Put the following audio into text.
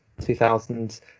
2000s